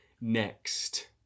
Next